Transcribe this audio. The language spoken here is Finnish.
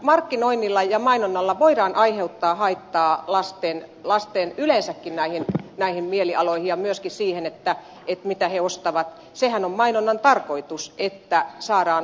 markkinoinnilla ja mainonnalla voidaan aiheuttaa haittaa lasten mielialoihin yleensäkin ja myöskin siihen mitä he ostavat sehän on mainonnan tarkoitus että saadaan ostamaan